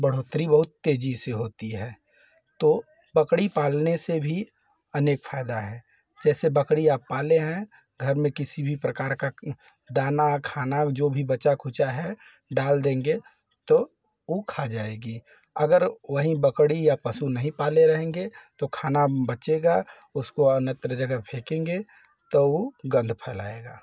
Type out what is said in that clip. बढ़ोतरी बहुत तेज़ी से होती है तो बकरी पालने से भी अनेक फ़ायदा है जैसे बकरी आप पाले हैं घर में किसी भी प्रकार का दाना खाना जो भी बचा कुचा है डाल देंगे तो वह खा जाएगी अगर वही बकरी या पशु नहीं पाले रहेंगे तो खाना बचेगा उसको अनेत्र जगह फेंकेंगे तो वह गंद फैलाएगा